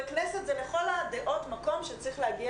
והכנסת היא לכל הדעות מקום שצריך להגיע